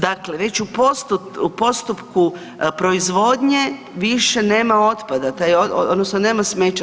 Dakle, već u postupku proizvodnje više nema otpada, taj, odnosno nema smeća.